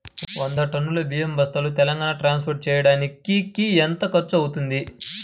వంద టన్నులు బియ్యం బస్తాలు తెలంగాణ ట్రాస్పోర్ట్ చేయటానికి కి ఎంత ఖర్చు అవుతుంది?